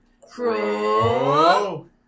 Crow